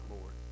Lord